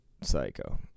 psycho